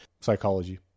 psychology